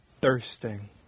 Thirsting